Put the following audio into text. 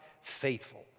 faithful